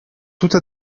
tutte